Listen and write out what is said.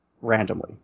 randomly